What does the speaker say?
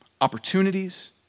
opportunities